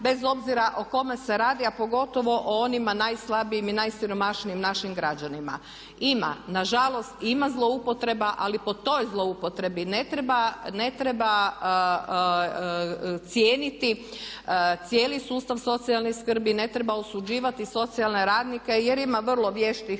bez obzira o kome se radi a pogotovo o onima najslabijim i najsiromašnijim našim građanima. Ima nažalost, ima zloupotreba ali po toj zloupotrebi ne treba cijeniti cijeli sustav socijalne skrbi, ne treba osuđivati socijalne radnike jer ima vrlo vještih